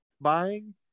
buying